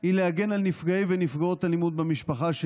היא להגן על נפגעי ונפגעי אלימות במשפחה,